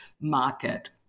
market